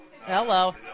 hello